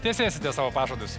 tesėsite savo pažadus